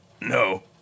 No